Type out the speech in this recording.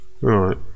Right